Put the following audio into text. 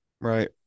Right